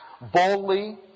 boldly